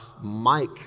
Mike